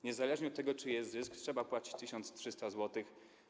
Niezależnie od tego, czy jest zysk, trzeba płacić 1300 zł.